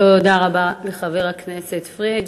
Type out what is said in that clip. תודה רבה לחבר הכנסת פריג'.